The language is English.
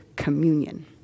communion